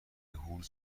هولز